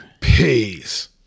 Peace